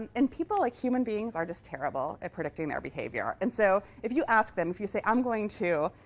and people like human beings are just terrible at predicting their behavior. and so if you ask them if you say, i'm going to,